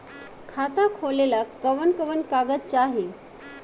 खाता खोलेला कवन कवन कागज चाहीं?